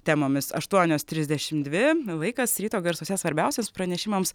temomis aštuonios trisdešimt dvi laikas ryto garsuose svarbiausiems pranešimams